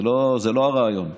זה לא הרעיון.